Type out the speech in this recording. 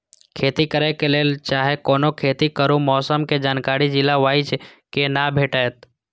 खेती करे के लेल चाहै कोनो खेती करू मौसम के जानकारी जिला वाईज के ना भेटेत?